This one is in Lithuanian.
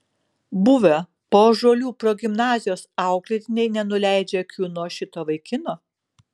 buvę paužuolių progimnazijos auklėtiniai nenuleidžia akių nuo šito vaikino